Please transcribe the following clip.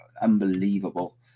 unbelievable